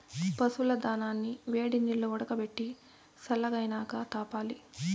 పశువుల దానాని వేడినీల్లో ఉడకబెట్టి సల్లగైనాక తాపాలి